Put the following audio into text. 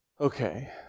Okay